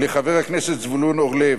לחבר הכנסת זבולון אורלב,